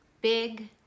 big